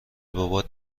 بابات